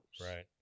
Right